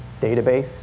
database